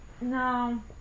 No